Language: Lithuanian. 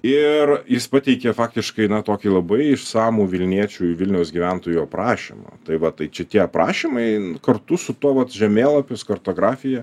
ir jis pateikė faktiškai na tokį labai išsamų vilniečių vilniaus gyventojų aprašymą tai va tai čia tie aprašymai kartu su tuo vat žemėlapis kartografija